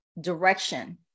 direction